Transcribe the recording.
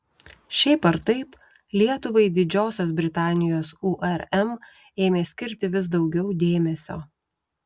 šiaip ar taip lietuvai didžiosios britanijos urm ėmė skirti vis daugiau dėmesio